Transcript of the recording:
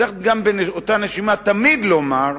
צריך באותה נשימה תמיד לומר,